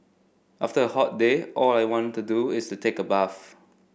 after a hot day all I want to do is take a bath